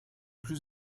plus